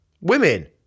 women